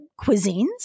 cuisines